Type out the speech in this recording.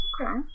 Okay